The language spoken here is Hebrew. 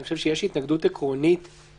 כי אני חושב שיש התנגדות עקרונית של נציגי הממשלה